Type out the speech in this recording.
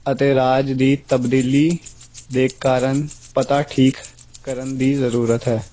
ਅਤੇ ਰਾਜ ਦੀ ਤਬਦੀਲੀ ਦੇ ਕਾਰਨ ਪਤਾ ਠੀਕ ਕਰਨ ਦੀ ਜ਼ਰੂਰਤ ਹੈ